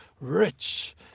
rich